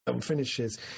finishes